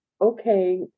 okay